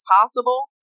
possible